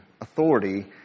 authority